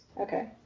Okay